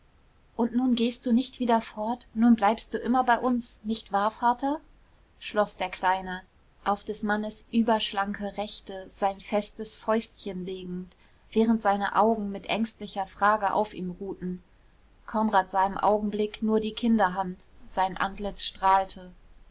und nun gehst du nicht wieder fort nun bleibst du immer bei uns nicht wahr vater schloß der kleine auf des mannes überschlanke rechte sein festes fäustchen legend während seine augen mit ängstlicher frage auf ihm ruhten konrad sah im augenblick nur die kinderhand sein antlitz strahlte